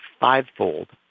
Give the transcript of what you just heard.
fivefold